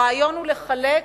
הרעיון הוא לחלק,